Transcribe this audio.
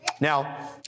Now